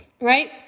right